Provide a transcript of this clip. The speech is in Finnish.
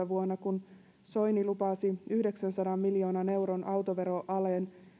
vuonna kaksituhattaviisitoista kun soini lupasi yhdeksänsadan miljoonan euron autoveroalen